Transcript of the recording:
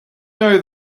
know